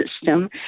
system